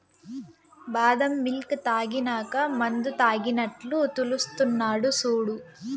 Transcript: బాదం మిల్క్ తాగినాక మందుతాగినట్లు తూల్తున్నడు సూడు